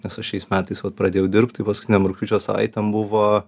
nes aš šiais metais vat pradėjau dirbt tai paskutinėm rugpjūčio savaitėm buvo